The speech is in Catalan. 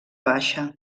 baixa